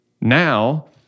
now